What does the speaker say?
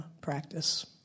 practice